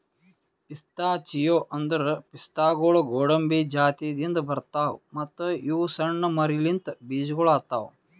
pistachio ಅಂದುರ್ ಪಿಸ್ತಾಗೊಳ್ ಗೋಡಂಬಿ ಜಾತಿದಿಂದ್ ಬರ್ತಾವ್ ಮತ್ತ ಇವು ಸಣ್ಣ ಮರಲಿಂತ್ ಬೀಜಗೊಳ್ ಆತವ್